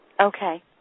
Okay